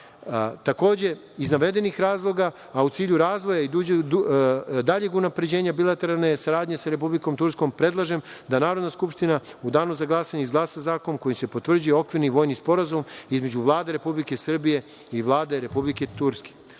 prava. Takođe, iz navedenih razloga, a u cilju razvoja i daljeg unapređenja bilateralne saradnje sa Republikom Turskom predlažem da Narodna skupština u danu za glasanje izglasa zakonom kojim se potvrđuje okvirni vojni sporazum između Vlade Republike Srbije i Vlade Republike Tuske. Takođe